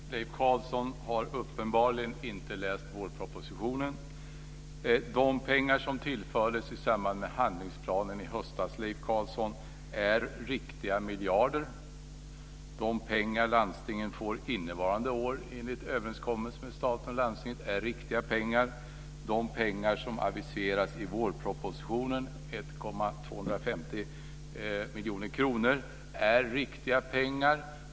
Fru talman! Leif Carlson har uppenbarligen inte läst vårpropositionen. De pengar som tillfördes i samband med handlingsplanen i höstas är riktiga miljarder. De pengar landstingen får innevarande år enligt överenskommelse mellan staten och landstinget är riktiga pengar. De pengar som aviseras i vårpropositionen - 1,25 miljarder kronor - är riktiga pengar.